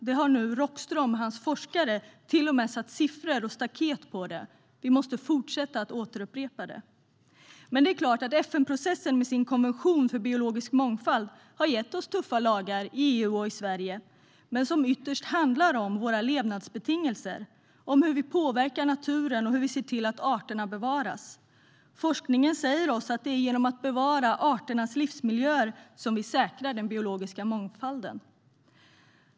Nu har Rockström och hans forskare till och med satt siffror och staket på det. Vi måste fortsätta att upprepa det. FN-processen med sin konvention för biologisk mångfald har gett oss tuffa lagar i EU och i Sverige. Ytterst handlar de om våra levnadsbetingelser, hur vi påverkar naturen och hur vi ser till att arterna bevaras. Forskningen säger oss att det är genom att bevara arternas livsmiljöer som vi säkrar den biologiska mångfalden.